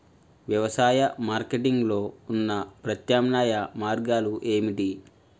వ్యవసాయ మార్కెటింగ్ లో ఉన్న ప్రత్యామ్నాయ మార్గాలు ఏమిటి?